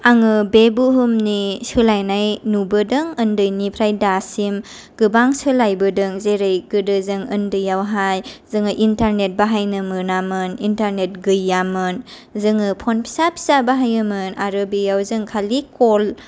आङो बे बुहुमनि सोलायनाय नुबोदों ओन्दैनिफ्राय दासिम गोबां सोलायबोदों जेरै गोदो जों ओन्दैयावहाय जोङो इन्टारनेट बाहायनो मोनामोन इन्टारनेट गैयामोन जोङो फन फिसा फिसा बाहायोमोन आरो बेयाव जों खालि कल